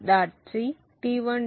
c T1